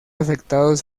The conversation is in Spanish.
afectados